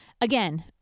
again